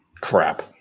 Crap